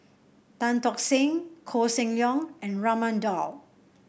Tan Tock Seng Koh Seng Leong and Raman Daud